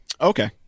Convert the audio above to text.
Okay